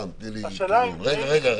רגע,